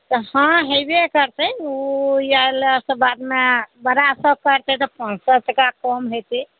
तऽ हँ हेबे करतै ओ यह आएलसे बादमे बड़ा सब करतै तऽ पाँच सओ टका कम हेतै